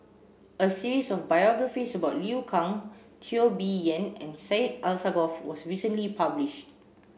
a series of biographies about Liu Kang Teo Bee Yen and Syed Alsagoff was recently published